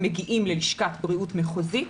הם מגיעים ללשכת בריאות מחוזית,